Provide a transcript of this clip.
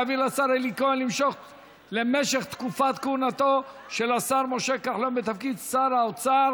להעביר לשר אלי כהן למשך תקופת כהונתו של השר משה כחלון בתפקיד שר האוצר